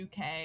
UK